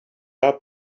are